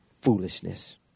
foolishness